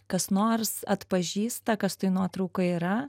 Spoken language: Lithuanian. kas nors atpažįsta kas toj nuotraukoj yra